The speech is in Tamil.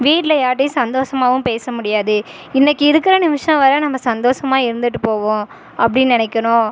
வீட்டில் யார்கிட்டையும் சந்தோஷமாவும் பேச முடியாது இன்றைக்கி இருக்கிற நிமிஷம் வர நம்ம சந்தோஷமா இருந்துட்டு போவோம் அப்படினு நினைக்கணும்